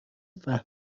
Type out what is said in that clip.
فهمید